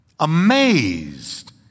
amazed